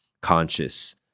conscious